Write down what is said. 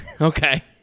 Okay